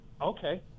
Okay